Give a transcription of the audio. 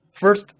first